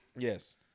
Yes